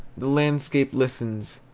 the landscape listens,